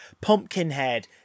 Pumpkinhead